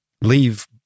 leave